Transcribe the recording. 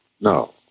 No